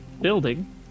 building